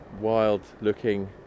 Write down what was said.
wild-looking